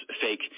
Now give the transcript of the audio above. fake